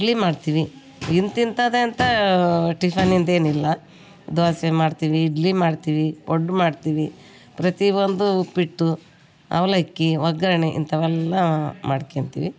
ಇಡ್ಲಿ ಮಾಡ್ತೀನಿ ಇಂಥ ಇಂಥದ್ದೇ ಅಂತ ಟಿಫನ್ ಇಂದ ಏನಿಲ್ಲ ದೋಸೆ ಮಾಡ್ತೀವಿ ಇಡ್ಲಿ ಮಾಡ್ತೀವಿ ಪಡ್ಡು ಮಾಡ್ತೀವಿ ಪ್ರತಿಯೊಂದು ಉಪ್ಪಿಟ್ಟು ಅವಲಕ್ಕಿ ಒಗ್ಗರರ್ಣೆ ಇಂಥವೆಲ್ಲ ಮಾಡ್ಕೊಳ್ತೀವಿ